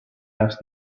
asked